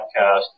podcast